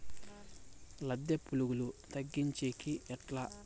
లద్దె పులుగులు తగ్గించేకి ఎట్లా?